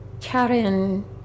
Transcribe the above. Karen